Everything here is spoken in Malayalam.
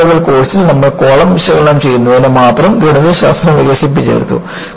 ആദ്യ ലെവൽ കോഴ്സിൽ നമ്മൾ കോളം വിശകലനം ചെയ്യുന്നതിന് മാത്രം ഗണിതശാസ്ത്രം വികസിപ്പിച്ചെടുത്തു